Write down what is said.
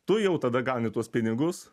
tu jau tada gauni tuos pinigus